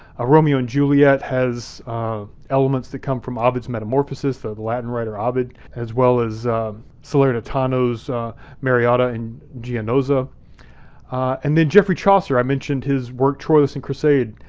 ah romeo and juliet has elements that come from ovid's metamorphosis, the latin writer ovid, as well as salernitano's mariotto and gianozza and then geoffrey chaucer. i mentioned his work troilus and crisseyde.